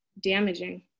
damaging